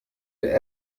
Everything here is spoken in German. der